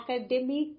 academic